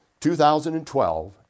2012